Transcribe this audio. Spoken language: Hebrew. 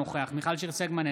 אינו נוכח מיכל שיר סגמן,